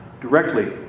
directly